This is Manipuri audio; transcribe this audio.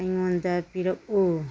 ꯑꯩꯉꯣꯟꯗ ꯄꯤꯔꯛꯎ